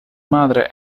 madre